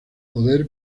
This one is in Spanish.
poder